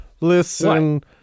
listen